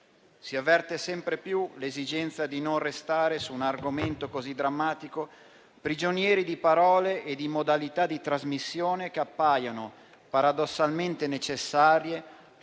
Si avverte sempre più l'esigenza di non restare su un argomento così drammatico, prigionieri di parole e di modalità di trasmissione che appaiono paradossalmente necessarie,